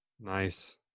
Nice